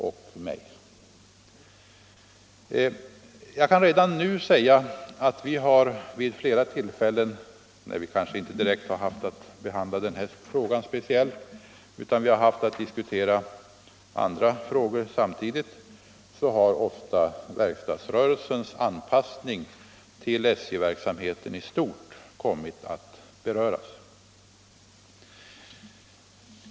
Då vi haft att diskutera SJ:s verksamhet har vi ofta kommit att beröra frågan om verkstadsrörelsens anpassning till SJ:s verksamhet i stort.